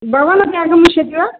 भवानपि आगमिष्यति वा